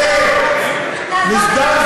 אני רוצה שלא תיקח את זה,